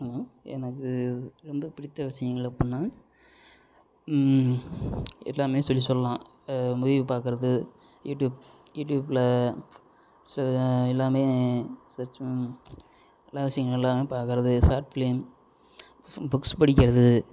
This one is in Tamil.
ஹலோ எனக்கு ரொம்ப பிடித்த விஷயங்கள் அப்டின்னா எல்லாம் சொல்லி சொல்லாம் மூவி பாக்கிறது யூடியூப் யூடியூபில் எல்லாம் சர்ச் நல்ல விஷங்கள்லாம் பாக்கிறது ஷார்ட் ஃபிலிம் புக்ஸ் படிக்கிறது